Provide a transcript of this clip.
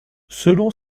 selon